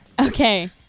Okay